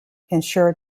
ensured